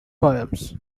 poems